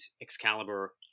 excalibur